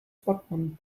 batman